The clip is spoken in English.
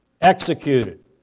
executed